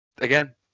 Again